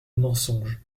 mensonge